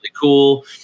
cool